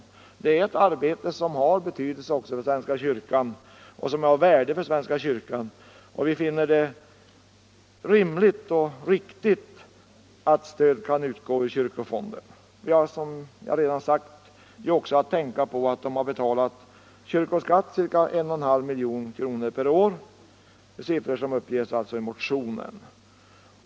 Det är ett arbete som har betydelse och värde också för — Nr 80 svenska kyrkan. Vi finner det rimligt och riktigt att stöd utgår ur kyr Onsdagen den kofonden. Vi har som jag redan sagt också att tänka på att dessa kyrkor 14 maj 1975 har betalat ca 1,5 milj.kr. i kyrkoskatt per år, en siffra som uppges Lt i motionen.